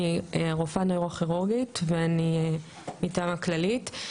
אני רופאה נוירוכירורגית ואני מטעם הכללית.